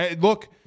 Look